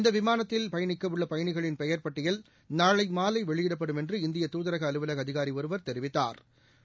இந்த விமானத்தில் பயணிக்க உள்ள பயணிகளின் பெயர் பட்டியல் நாளை மாலை வெளியிடப்படும் என்று இந்திய தூதரக அலுவலக அதிகாரி ஒருவா் தெரிவித்தாா்